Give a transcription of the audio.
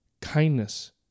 kindness